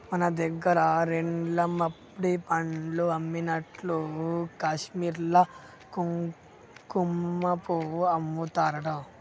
మన దగ్గర రోడ్లెమ్బడి పండ్లు అమ్మినట్లు కాశ్మీర్ల కుంకుమపువ్వు అమ్ముతారట